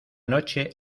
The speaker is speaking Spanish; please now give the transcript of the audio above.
noche